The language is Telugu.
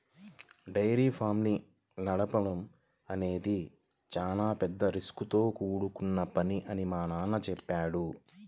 డైరీ ఫార్మ్స్ ని నడపడం అనేది చాలా పెద్ద రిస్కుతో కూడుకొన్న పని అని మా నాన్న చెప్పాడు